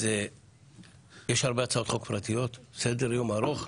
יש הרבה הצעות חוק פרטיות, סדר-יום ארוך.